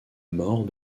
mort